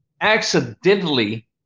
accidentally